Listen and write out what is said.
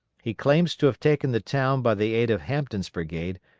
he claims to have taken the town by the aid of hampton's brigade,